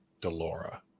Delora